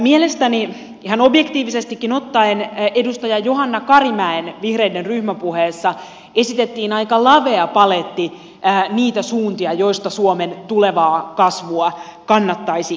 mielestäni ihan objektiivisestikin ottaen edustaja johanna karimäen pitämässä vihreiden ryhmäpuheessa esitettiin aika lavea paletti niitä suuntia joista suomen tulevaa kasvua kannattaisi etsiä